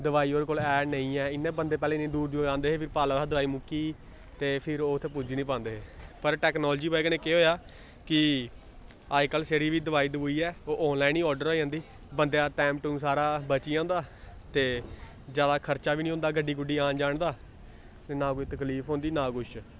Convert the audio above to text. दोआई ओह्दे कोल है नेईं है इ'यां बंदे पैह्लें इन्नी दूर दूर आंदे हे फ्ही पता लगदा हा दोआई मुक्की ते फिर ओह् उत्थै पुज्जी निं पांदे हे पर टैक्नालोजी दी ब'जा कन्नै केह् होएआ कि अजकल्ल जेह्ड़ी बी दोआई दउई ऐ ओह् आनलाइन गै आर्डर हो जांदी बंदे दा टैम टूम सारा बची जंदा ते जादा खर्चा बी निं होंदा गड्डी गुड्डी औन जान दा ते ना कोई तकलीफ होंदी ना कुछ